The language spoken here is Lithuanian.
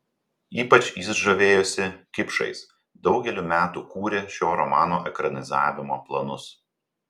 ypač jis žavėjosi kipšais daugelį metų kūrė šio romano ekranizavimo planus